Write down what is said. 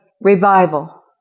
revival